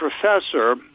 professor